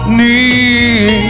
need